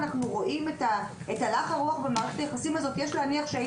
יש להניח והסתדרות המורים יודעת לעשות את זה